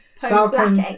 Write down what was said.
Falcon